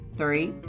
three